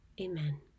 amen